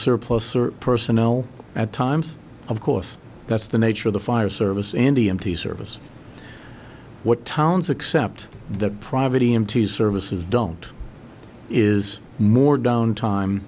surplus or personnel at times of course that's the nature of the fire service indian tea service what towns except that private e m t services don't is more down time